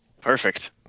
Perfect